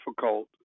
difficult